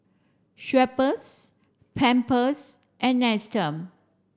Schweppes Pampers and Nestum